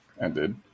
ended